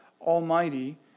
Almighty